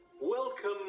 Welcome